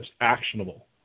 actionable